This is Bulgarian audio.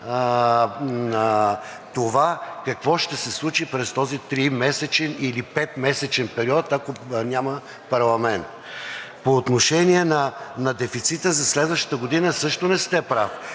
това какво ще се случи през този тримесечен или петмесечен период, ако няма парламент. По отношение на дефицита за следващата година също не сте прав.